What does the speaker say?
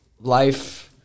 life